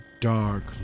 dark